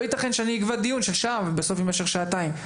לא ייתכן שאני אקבע דיון של שעה ובסוף יימשך שעתיים.